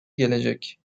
gelecek